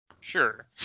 Sure